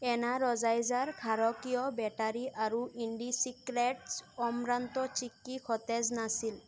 Energizer ক্ষাৰকীয় battery আৰু ইণ্ডিচিক্ৰেট্ছ অমৰান্ত চিক্কি সতেজ নাছিল